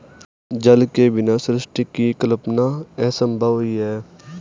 जल के बिना सृष्टि की कल्पना असम्भव ही है